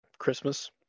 christmas